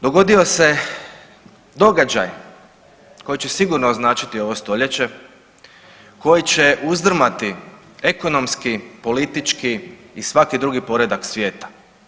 Dogodio se događaj koji će sigurno označiti ovo stoljeće koji će uzdrmati ekonomski, politički i svaki drugi poredak svijeta.